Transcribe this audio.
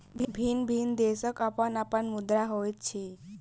भिन्न भिन्न देशक अपन अपन मुद्रा होइत अछि